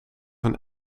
een